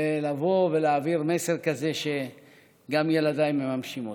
להעביר מסר כזה שגם ילדיי מממשים אותו.